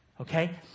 Okay